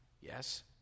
Yes